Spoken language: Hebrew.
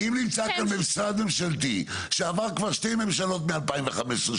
אם נמצא פה משרד ממשלתי שעבר כבר שתי ממשלות מ- 2015,